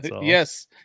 yes